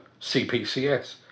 CPCS